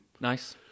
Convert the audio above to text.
Nice